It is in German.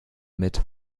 mit